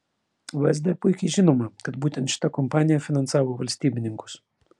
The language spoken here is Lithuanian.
vsd puikiai žinoma kad būtent šita kompanija finansavo valstybininkus